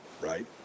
right